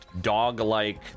dog-like